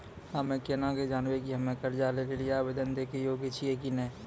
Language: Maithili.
हम्मे केना के जानबै कि हम्मे कर्जा लै लेली आवेदन दै के योग्य छियै कि नै?